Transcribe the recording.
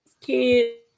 kids